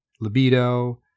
libido